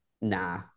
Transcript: nah